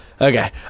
okay